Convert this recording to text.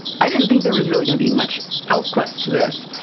i didn't think there was really going to be much elfquest to this,